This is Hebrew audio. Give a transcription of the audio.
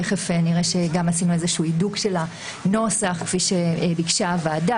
תיכף נראה שגם עשינו איזשהו הידוק של הנוסח כפי שביקשה הוועדה,